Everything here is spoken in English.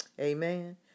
Amen